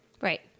Right